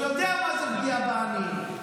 הוא יודע מה זה פגיעה בעניים.